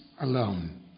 alone